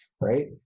right